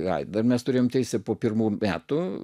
veidą mes turime teisę po pirmų metų